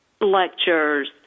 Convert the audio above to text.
lectures